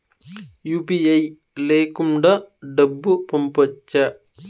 UPI లేకుండా డబ్బు పంపొచ్చా